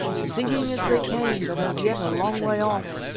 singing as they came, but as yet a long way off.